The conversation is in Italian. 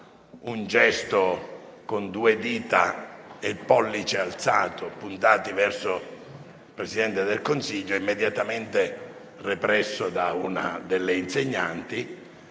un gesto - due dita e il pollice alzato puntati verso il Presidente del Consiglio - immediatamente represso da una delle insegnanti,